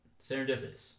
Serendipitous